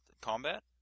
combat